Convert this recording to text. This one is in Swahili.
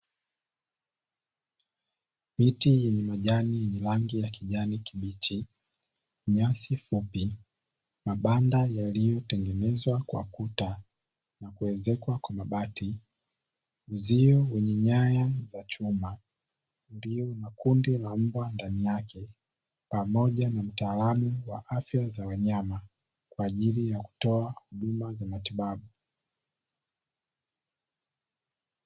Miti yenye majani yenye rangi ya kijani kibichi, nyasi fupi, mabanda yaliyotengenezwa kwa kuta na kuezekwa kwa mabati, uzio wenye nyaya ya chuma ulio na kundi la mbwa ndani yake pamoja na mtaalamu wa afya za wanyama kwa ajili ya kutoa huduma za matibabu.